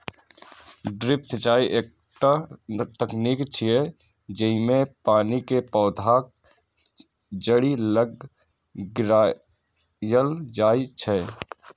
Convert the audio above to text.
drip सिंचाइ एकटा तकनीक छियै, जेइमे पानि कें पौधाक जड़ि लग गिरायल जाइ छै